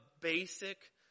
basic